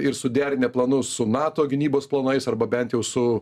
ir suderinę planus su nato gynybos planais arba bent jau su